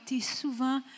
souvent